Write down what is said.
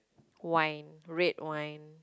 wine red wine